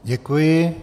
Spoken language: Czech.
Děkuji.